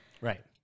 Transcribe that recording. right